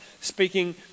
speaking